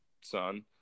son